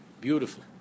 Beautiful